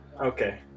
okay